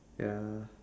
ya